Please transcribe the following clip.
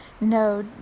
no